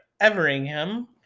Everingham